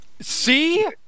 See